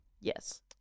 Yes